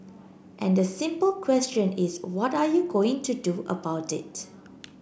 and the simple question is what are you going to do about it